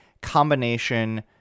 combination